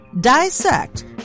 dissect